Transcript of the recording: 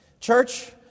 Church